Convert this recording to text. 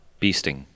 Beasting